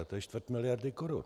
To je čtvrt miliardy korun.